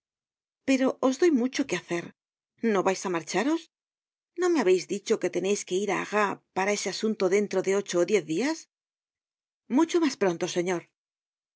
pero os doy mucho que hacer no vais á marcharos no me habeis dicho que teneis que ir á arras para ese asunto dentro de ocho ó diez dias mucho mas pronto señor